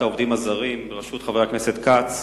העובדים הזרים בראשות חבר הכנסת כץ